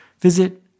visit